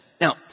Now